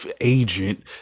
agent